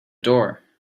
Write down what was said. door